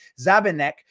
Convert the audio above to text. Zabinek